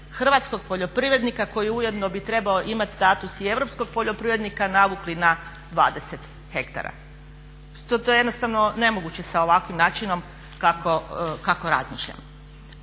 hrvatskog poljoprivrednika koji ujedno bi trebao imati status i europskog poljoprivrednika navukli na 20 hektara. To je jednostavno ne moguće sa ovakvim načinom kako razmišljamo.